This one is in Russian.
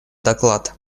доклад